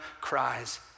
cries